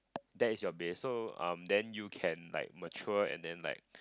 that is your base so um then you can like mature and then like